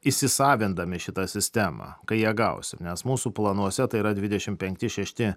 įsisavindami šitą sistemą kai ją gausim nes mūsų planuose tai yra dvidešimt penkti šešti